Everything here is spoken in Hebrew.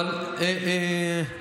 גם המשטרה אומרת, אני